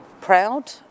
proud